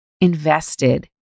invested